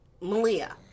Malia